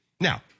Now